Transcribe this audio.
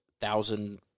thousand